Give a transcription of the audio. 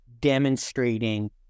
demonstrating